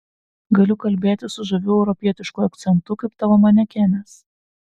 galiu kalbėti su žaviu europietišku akcentu kaip tavo manekenės